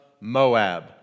Moab